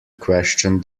question